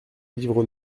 livres